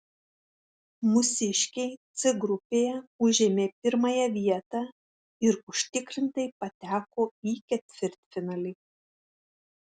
mūsiškiai c grupėje užėmė pirmąją vietą ir užtikrintai pateko į ketvirtfinalį